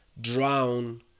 drown